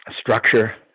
structure